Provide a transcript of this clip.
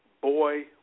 Boy